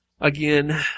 Again